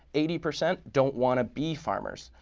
eighty percent don't want to be farmers.